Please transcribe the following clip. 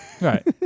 Right